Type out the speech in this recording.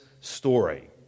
story